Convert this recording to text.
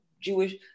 Jewish